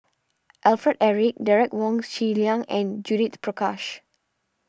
Alfred Eric Derek Wong Zi Liang and Judith Prakash